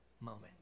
moment